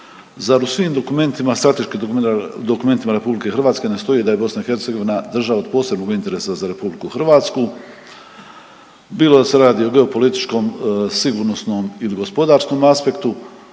Zar u svim dokumentima strateškim dokumentima RH ne stoji da je BiH država od posebnog interesa za RH bilo da se radi o geopolitičkom, sigurnosnom ili gospodarskom aspektu.